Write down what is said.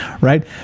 right